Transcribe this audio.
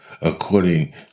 according